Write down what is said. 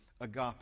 Agape